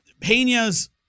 Pena's